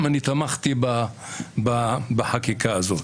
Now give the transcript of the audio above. תמכתי בחקיקה הזאת.